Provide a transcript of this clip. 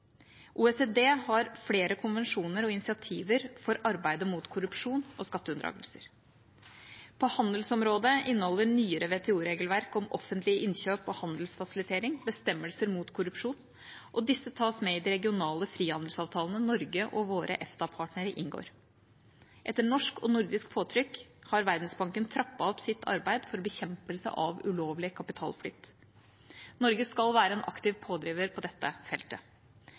OECD har flere konvensjoner og initiativer for arbeidet mot korrupsjon og skatteunndragelser. På handelsområdet inneholder nyere WTO-regelverk om offentlige innkjøp og handelsfasilitering bestemmelser mot korrupsjon, og disse tas med i de regionale frihandelsavtalene Norge og våre EFTA-partnere inngår. Etter norsk og nordisk påtrykk har Verdensbanken trappet opp sitt arbeid for bekjempelse av ulovlig kapitalflyt. Norge skal være en aktiv pådriver på dette feltet.